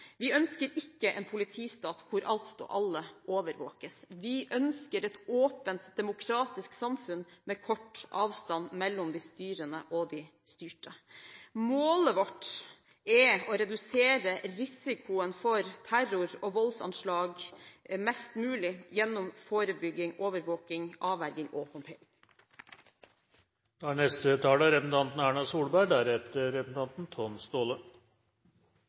Vi ønsker ikke en politistat hvor alt og alle overvåkes. Vi ønsker et åpent, demokratisk samfunn med kort avstand mellom de styrende og de styrte. Målet vårt er å redusere risikoen for terror og voldsanslag mest mulig gjennom forebygging, overvåking, avverging og håndtering. Innbyggernes sikkerhet er